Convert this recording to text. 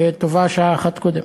וטובה שעה אחת קודם.